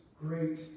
great